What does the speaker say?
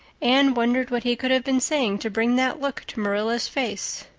anne wondered what he could have been saying to bring that look to marilla's face.